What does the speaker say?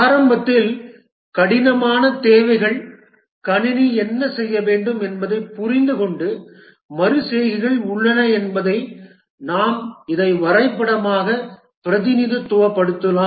ஆரம்பத்தில் கடினமான தேவைகள் கணினி என்ன செய்ய வேண்டும் என்பதைப் புரிந்துகொண்டு மறு செய்கைகள் உள்ளன என்பதை நாம் இதை வரைபடமாக பிரதிநிதித்துவப்படுத்தலாம்